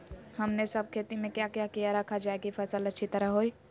हमने सब खेती में क्या क्या किया रखा जाए की फसल अच्छी तरह होई?